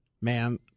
man